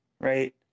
right